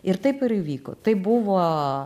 ir taip ir įvyko tai buvo